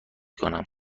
کنم